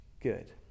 good